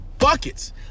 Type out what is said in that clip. Buckets